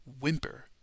whimper